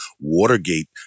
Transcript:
Watergate